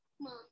Mom